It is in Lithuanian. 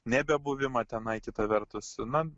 nebebuvimą tenai kita vertus na